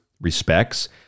respects